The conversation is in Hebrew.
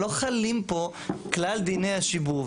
לא חלים פה כלל דיני השיבוב.